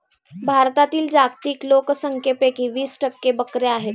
भारतातील जागतिक लोकसंख्येपैकी वीस टक्के बकऱ्या आहेत